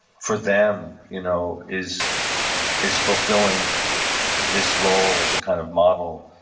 for them, you know is is fulfilling this role as a kind of model,